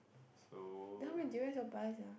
so